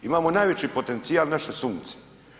Imamo najveći potencijal, naše Sunce.